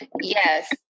Yes